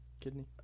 Kidney